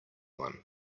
one